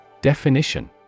Definition